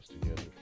together